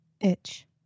itch